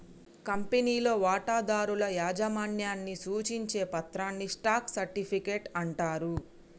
కంపెనీలో వాటాదారుల యాజమాన్యాన్ని సూచించే పత్రాన్ని స్టాక్ సర్టిఫికెట్ అంటారు